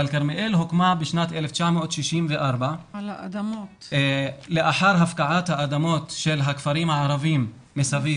אבל כרמיאל הוקמה בשנת 1964 לאחר הפקעת האדמות של הכפרים הערבים מסביב,